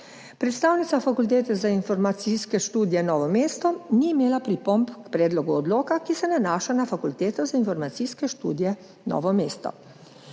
Predstavnica Fakultete za informacijske študije Novo mesto ni imela pripomb k predlogu odloka, ki se nanaša na Fakulteto za informacijske študije v Novem mestu.